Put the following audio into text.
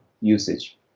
usage